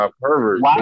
perverts